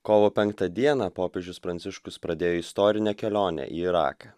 kovo penktą dieną popiežius pranciškus pradėjo istorinę kelionę į iraką